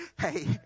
hey